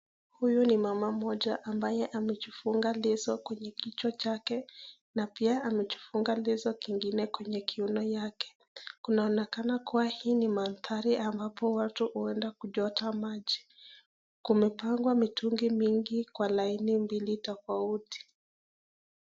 Huyu ni mama moja ambaye amejifunga leso kwenye kichwa chake na pia amejifunga leso kingine kwenye kiuno yake, kunaonekana kuwa hii ni mandhari ambapo watu huenda kuchota maji, kumepangwa mitungi mingi kwa laini mbili tofauti.